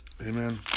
Amen